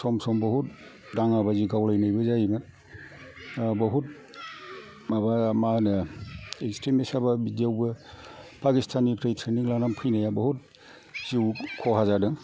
सम सम बहुद दाङा बाजि गावलायनायबो जायोमोन बहुद माबा मा होनो एक्सट्रिमिसयाबो बिदियावबो फाकिस्ताननिफ्राय ट्रेनिं लाना फैनाया बहुत जिउ खहा जादों